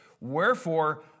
Wherefore